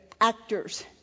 actors